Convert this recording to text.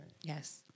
Yes